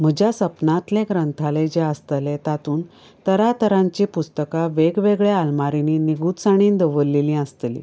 म्हजें सपनांतले ग्रंथालय जे आसलें तातूंत तरातरांची पुस्तकां वेगवेगळ्या आलमारिंनी निवळसाणेन दवरलेली आसतली